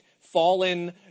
fallen